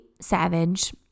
Savage